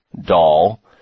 doll